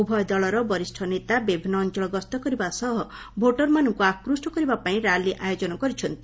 ଉଭୟ ଦଳର ବରିଷ୍ଠ ନେତା ବିଭିନ୍ନ ଅଞ୍ଚଳ ଗସ୍ତ କରିବା ସହ ଭୋଟର୍ମାନଙ୍କୁ ଆକୃଷ୍ଟ କରିବାପାଇଁ ର୍ୟାଲି ଆୟୋଜନ କରିଛନ୍ତି